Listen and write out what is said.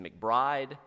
McBride